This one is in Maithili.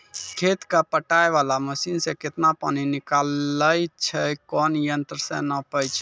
खेत कऽ पटाय वाला मसीन से केतना पानी निकलैय छै कोन यंत्र से नपाय छै